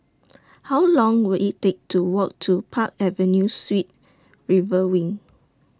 How Long Will IT Take to Walk to Park Avenue Suites River Wing